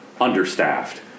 understaffed